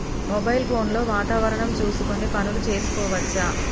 Mobile phone లో వాతావరణం చూసుకొని పనులు చేసుకోవచ్చా?